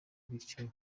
bityo